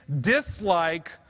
dislike